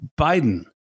Biden